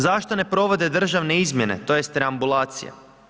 Zašto ne provode državne izmjene, tj. reambulacije?